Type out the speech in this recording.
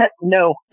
No